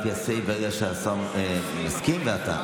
ברגע שהשר מסכים וגם אתה,